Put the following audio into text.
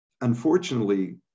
Unfortunately